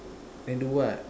then do what